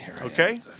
Okay